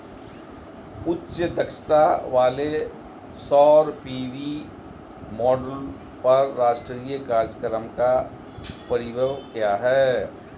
उच्च दक्षता वाले सौर पी.वी मॉड्यूल पर राष्ट्रीय कार्यक्रम का परिव्यय क्या है?